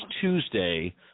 Tuesday